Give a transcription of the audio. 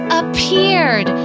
appeared